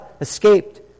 escaped